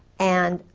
and,